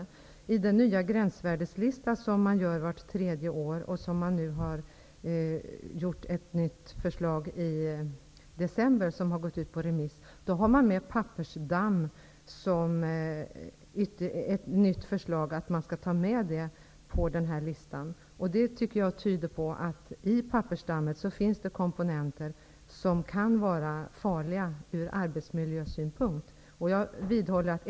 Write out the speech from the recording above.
I förslaget till en ny gränsvärdeslista, vilken görs vart tredje år, som nu har gått ut på remiss har man tagit med pappersdamm. Det har föreslagits att man skall ta med det på listan. Det tycker jag tyder på att det i pappersdammet finns komponenter som kan vara farliga ur arbetsmiljösynpunkt.